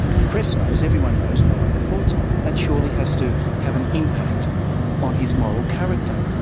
the press knows, everyone knows, no one reports on it. that surely has to have an impact on his moral character,